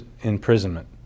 imprisonment